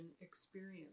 experience